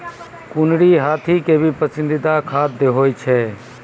कुनरी हाथी के भी पसंदीदा खाद्य होय छै